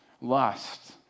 lust